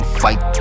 fight